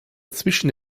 zwischen